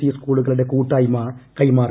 E സ്കൂളുകളുടെ കൂട്ടായ്മ കൈമാറി